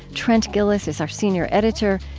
trent gilliss is our senior editor.